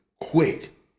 quick